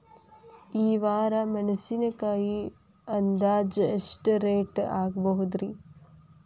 ಈ ವಾರ ಮೆಣಸಿನಕಾಯಿ ಅಂದಾಜ್ ಎಷ್ಟ ರೇಟ್ ಆಗಬಹುದ್ರೇ?